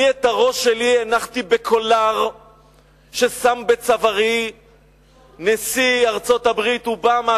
אני את הראש שלי הנחתי בקולר ששם בצווארי נשיא ארצות-הברית אובמה,